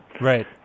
Right